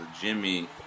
Jimmy